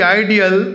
ideal